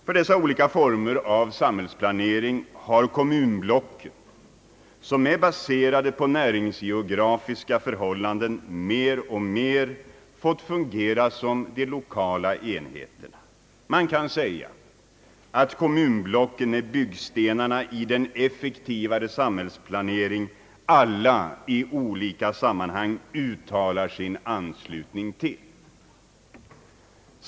För dessa olika former av samhällsplanering har kommunblocken, som är baserade på näringsgeografiska förhållanden, mer och mer fått fungera som de lokala enheterna. Man kan säga att kommunblocken är byggstenarna i den effektivare samhällsplanering alla i olika sam manhang uttalar sin anslutning till.